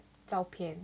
照片